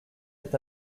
est